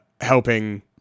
helping